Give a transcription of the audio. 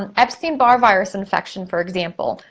and epstein-barr virus infection, for example,